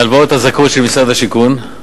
הלוואות הזכאות של משרד השיכון,